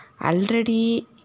Already